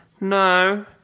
no